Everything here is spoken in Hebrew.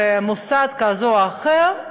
במוסד כזה או אחר,